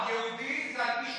יהיה לנו עוד זמן לדבר על זה,